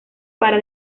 para